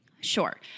Sure